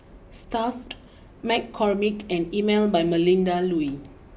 Stuff McCormick and Emel by Melinda Looi